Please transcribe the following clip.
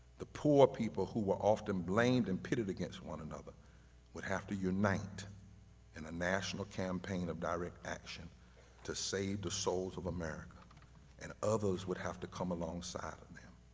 the poor people who were often blamed and pitted against one another would have to unite in a national campaign of direct action to save the souls of america and others would have to come alongside of them.